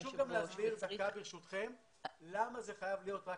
חשוב גם לומר למה זה חייב להיות רק